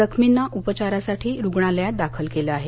जखमींना उपचारासाठी रुग्णालयात दाखल केलं आहे